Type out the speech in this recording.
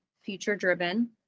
future-driven